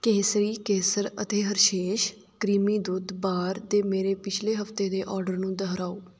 ਕੇਸਰੀ ਕੇਸਰ ਅਤੇ Hershey's creamy ਦੁੱਧ ਬਾਰ ਦੇ ਮੇਰੇ ਪਿਛਲੇ ਹਫਤੇ ਦੇ ਔਰਡਰ ਨੂੰ ਦੁਹਰਾਓ